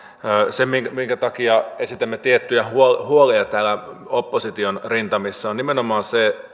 se syy minkä takia esitämme tiettyjä huolia huolia täällä opposition rintamissa on nimenomaan se